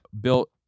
built